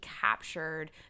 captured